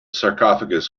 sarcophagus